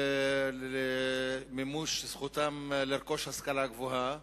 את מימוש זכותם לרכוש השכלה גבוהה,